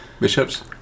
bishops